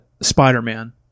Spider-Man